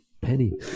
penny